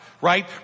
right